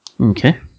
Okay